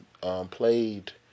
played